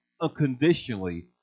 unconditionally